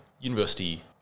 university